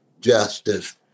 justice